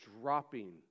dropping